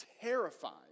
terrified